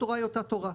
התורה היא אותה תורה.